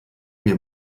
mir